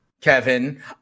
Kevin